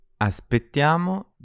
Aspettiamo